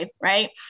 right